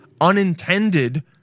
unintended